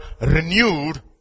renewed